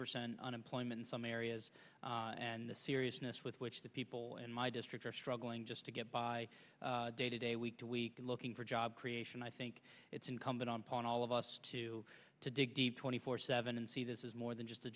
percent unemployment in some areas and the seriousness with which the people in my district are struggling just to get by day to day week to week looking for job creation i think it's incumbent upon all of us to to dig deep twenty four seven and see this is more than just a